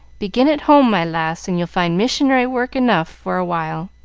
begin at home, my lass, and you'll find missionary work enough for a while.